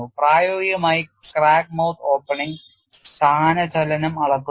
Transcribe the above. പ്രായോഗികമായി crack mouth opening സ്ഥാനചലനം അളക്കുന്നു